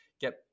get